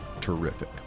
terrific